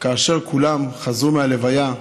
כאשר כולם חזרו מההלוויה,